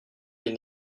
les